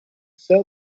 sell